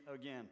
again